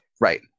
Right